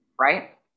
right